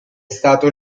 stato